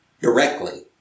directly